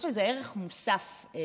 יש לזה ערך מוסף, כן.